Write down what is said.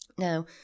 Now